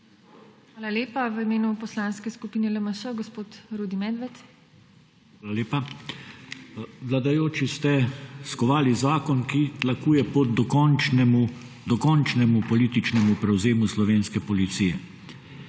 Hvala lepa. V imenu Poslanske skupine LMŠ gospod Rudi Medved. **RUDI MEDVED (PS LMŠ):** Hvala lepa. Vladajoči ste skovali zakon, ki tlakuje pot dokončnemu političnemu prevzemu slovenske policije.